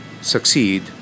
succeed